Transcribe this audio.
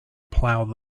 plough